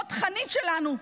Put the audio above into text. שיחידות חוד החנית שלנו,